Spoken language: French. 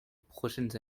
prochaines